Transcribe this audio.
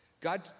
God